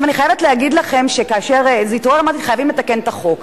אני חייבת להגיד לכם שכאשר זה התעורר אמרתי: חייבים לתקן את החוק.